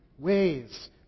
Ways